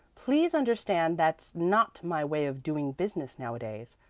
please understand that's not my way of doing business nowadays.